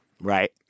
Right